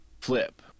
flip